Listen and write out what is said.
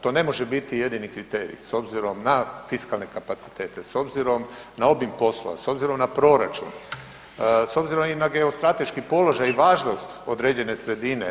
To ne može biti jedini kriterij s obzirom na fiskalne kapacitete, s obzirom na obim posla, s obzirom na proračun, s obzirom i na geostrateški položaj i važnost određene sredine.